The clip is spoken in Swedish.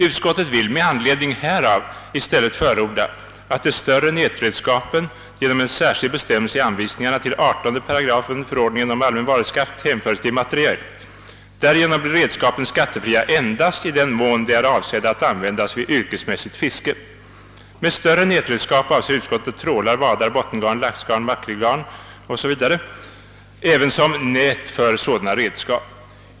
Utskottet vill med anledning härav i stället förorda, att de större nätredskapen genom en särskild bestämmelse i anvisningarna till 18 8 förordningen om allmän varuskatt hänföres till material. Därigenom blir redskapen skattefria endast i den mån de är avsedda att användas vid yrkesmässigt fiske. Med större nätredskap avser utskottet trålar, vadar, bottengarn, laxgarn, makrillgarn, sillgarn, strömmingsskötar och ryssjor ävensom nät för så dana redskap.